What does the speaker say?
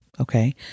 Okay